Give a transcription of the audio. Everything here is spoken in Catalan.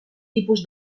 tipus